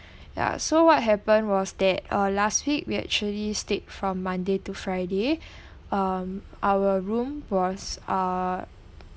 ya so what happened was that uh last week we actually stayed from monday to friday um our room was uh